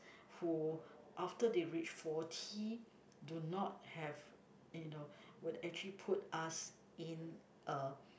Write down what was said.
who after they reach forty do not have you know would actually put us in a